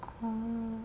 oh